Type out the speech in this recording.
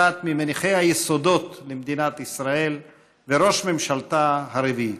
אחת ממניחי היסודות למדינת ישראל וראש ממשלתה הרביעית.